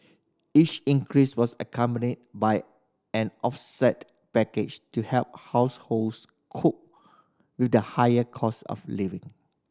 each increase was accompanied by an offset package to help households cope with the higher cost of living